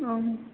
औ